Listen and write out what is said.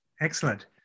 Excellent